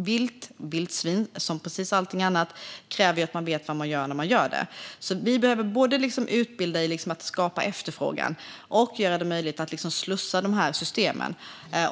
Vilt och vildsvin kräver ju precis som allting annat att man vet vad man gör när man tillagar det. Vi behöver alltså både utbilda för att skapa efterfrågan och göra det möjligt att slussa de här systemen.